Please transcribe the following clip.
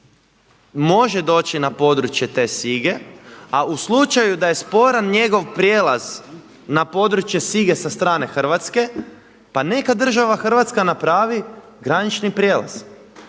može doći na područje te Sige a u slučaju da je sporan njegov prijelaz na područje Sige sa strane Hrvatske pa neka država Hrvatska napravi granični prijelaz,